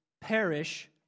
perish